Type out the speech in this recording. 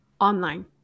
online